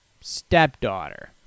stepdaughter